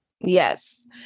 Yes